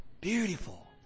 Beautiful